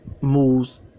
moves